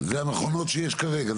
זה המכונות שיש כרגע.